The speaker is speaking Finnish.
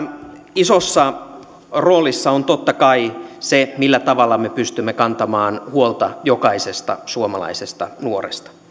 isossa roolissa on totta kai se millä tavalla me pystymme kantamaan huolta jokaisesta suomalaisesta nuoresta